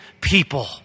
people